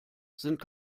sind